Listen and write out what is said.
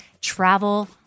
travel